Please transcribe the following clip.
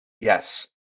Yes